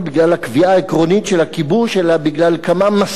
אלא בגלל כמה מסמרות חשובים שתקועים בו,